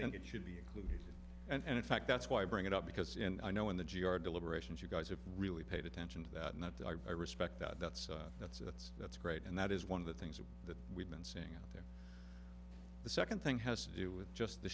and it should be included and in fact that's why i bring it up because in i know in the g r deliberations you guys have really paid attention to that and that i respect that that's that's it's that's great and that is one of the things that we've been seeing out there the second thing has to do with just the